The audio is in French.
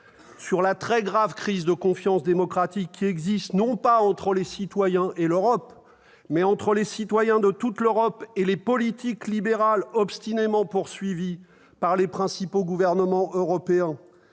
sur la très grave crise de confiance démocratique qui existe, non pas entre les citoyens et l'Europe, mais entre les citoyens de toute l'Europe et les politiques libérales obstinément poursuivies par les principaux gouvernements européens.